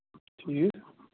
ٹھیٖک